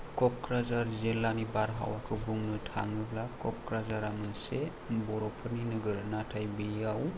क'क्रझार जिल्लानि बारहावाखौ बुंनो थाङोब्ला क'क्राझारा मोनसे बर'फोरनि नोगोर नाथाय बेयाव